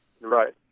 Right